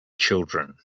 children